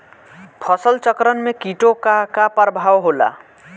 फसल चक्रण में कीटो का का परभाव होला?